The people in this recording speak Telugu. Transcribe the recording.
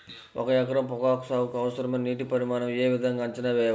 ఒక ఎకరం పొగాకు సాగుకి అవసరమైన నీటి పరిమాణం యే విధంగా అంచనా వేయవచ్చు?